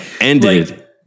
ended